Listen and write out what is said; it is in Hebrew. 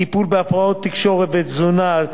טיפול בהפרעות תקשורת ותזונה,